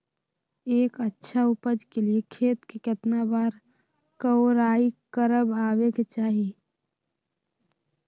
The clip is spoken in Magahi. एक अच्छा उपज के लिए खेत के केतना बार कओराई करबआबे के चाहि?